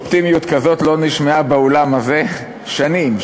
אופטימיות כזאת לא נשמעה באולם הזה שנים,